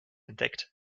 entdeckt